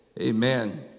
Amen